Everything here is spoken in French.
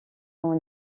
dans